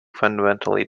fundamentally